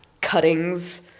cuttings